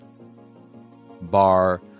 bar